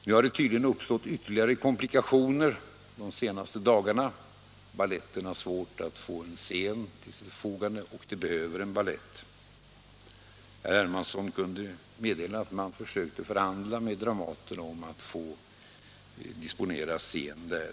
Nu har det tydligen uppstått ytterligare komplikationer de senaste dagarna. Baletten har svårt att få en scen till sitt förfogande, och det behöver en balett ha. Herr Hermansson kunde meddela att man försökte förhandla med Dramaten om att få disponera en scen där.